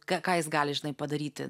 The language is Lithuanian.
ką ką jis gali žinai padaryti